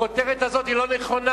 הכותרת הזאת לא נכונה.